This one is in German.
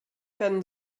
werden